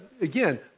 again